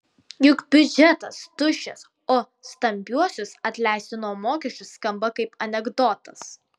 juk biudžetas tuščias o stambiuosius atleisti nuo mokesčių skamba kaip anekdotas